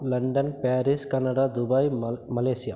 London Paris Canada Dubai மல் Malaysia